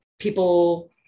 People